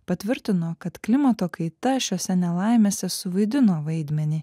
patvirtino kad klimato kaita šiose nelaimėse suvaidino vaidmenį